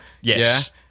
Yes